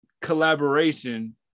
collaboration